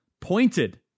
pointed